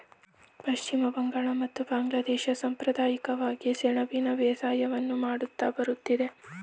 ಪಶ್ಚಿಮ ಬಂಗಾಳ ಮತ್ತು ಬಾಂಗ್ಲಾದೇಶ ಸಂಪ್ರದಾಯಿಕವಾಗಿ ಸೆಣಬಿನ ಬೇಸಾಯವನ್ನು ಮಾಡುತ್ತಾ ಬರುತ್ತಿದೆ